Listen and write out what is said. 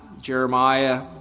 Jeremiah